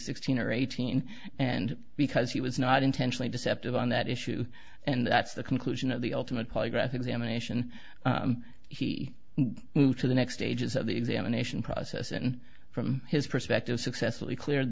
sixteen or eighteen and because he was not intentionally deceptive on that issue and that's the conclusion of the ultimate polygraph examination he moved to the next stages of the examination process and from his perspective successfully cleared